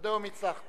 עד היום הצלחת.